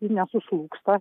ji nesuslūgsta